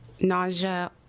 Nausea